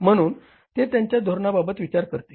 म्हणून ते त्यांच्या धोरणाबाबत विचार करतील